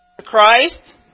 Christ